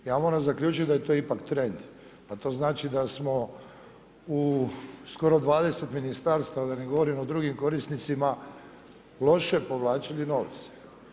Ja moram zaključiti da je to ipak trend, a to znači da smo u skoro 20 ministarstava, da ne govorim o drugim korisnicima loše povlačili novce.